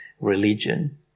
religion